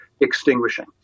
extinguishing